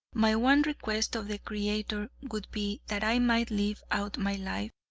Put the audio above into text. my one request of the creator would be that i might live out my life,